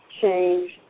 change